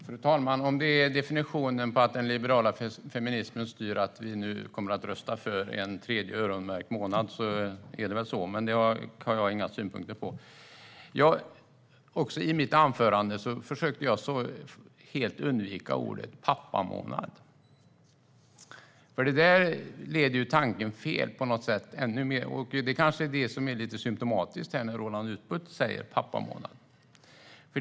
Fru talman! Om definitionen av att den liberala feminismenen styr är att vi nu kommer att rösta för en tredje öronmärkt månad är det väl så, men det har jag inga synpunkter på. I mitt anförande försökte jag helt undvika ordet pappamånad, för det leder tanken fel. Det är kanske lite symtomatiskt att Roland Utbult säger pappamånad.